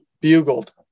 bugled